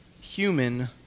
human